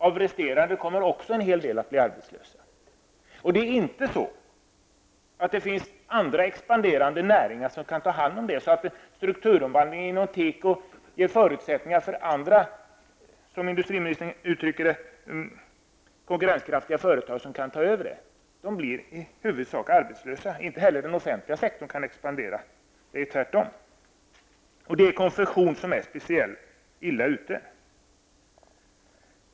Av resterande kommer också en hel del att bli arbetslösa. Det finns inga andra expanderande näringar som kan ta hand om dessa. Strukturomvandlingen inom tekoindustrin ger inte förutsättningar för andra, vilket industriministern utgick från, konkurrenskraftiga företag att ta hand om dem, utan de blir i huvudsak blir arbetslösa. Inte heller kan den offentliga sektorn expandera, tvärtom. Just konfektionsindustrin är speciellt illa ute.